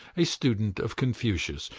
a student of confucius,